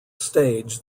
stage